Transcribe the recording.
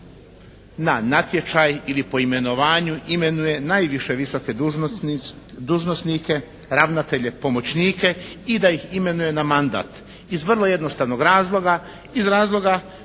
na natječaj ili po imenovanju imenuje najviše visoke dužnosnike, ravnatelje, pomoćnike i da ih imenuje na mandat iz vrlo jednostavnog razloga. Iz razloga